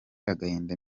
agahinda